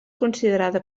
considerada